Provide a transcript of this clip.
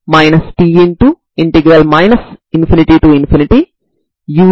ఇప్పుడు నేను eigen function లతో బిందు లబ్దాన్ని తయారు చేయగలను